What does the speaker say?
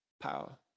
power